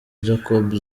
jacob